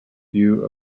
view